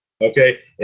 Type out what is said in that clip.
Okay